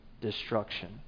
destruction